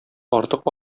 артык